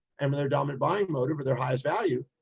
and when they're dominant buying motive or their highest value.